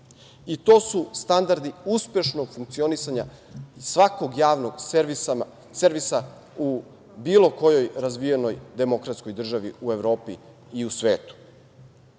To su standardi uspešnog funkcionisanja svakog javnog servisa u bilo kojoj razvijenoj demokratskoj državi u Evropi i u svetu. Kada